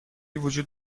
وجود